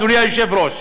אדוני היושב-ראש,